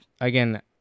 again